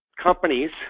companies